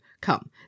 Come